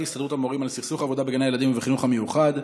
הסתדרות המורים על סכסוך עבודה בגני הילדים ובחינוך המיוחד.